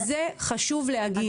את זה חשוב להגיד.